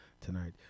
tonight